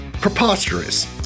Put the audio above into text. preposterous